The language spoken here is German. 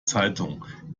zeitung